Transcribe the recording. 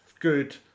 good